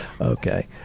Okay